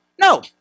No